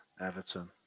Everton